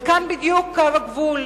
וכאן בדיוק קו הגבול.